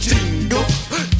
Jingle